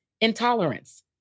intolerance